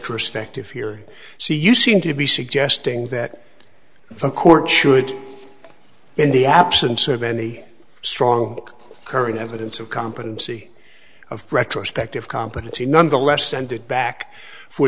ospective here so you seem to be suggesting that the court should in the absence of any strong current evidence of competency of retrospective competency nonetheless sent it back for